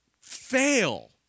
fail